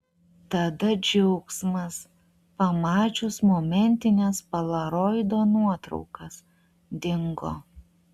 tada džiaugsmas pamačius momentines polaroido nuotraukas dingo